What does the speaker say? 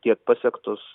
tiek pasiektus